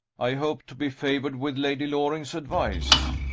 i hope to be favored with lady loring's advice.